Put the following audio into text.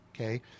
okay